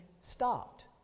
stopped